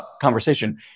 conversation